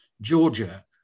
Georgia